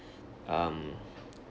um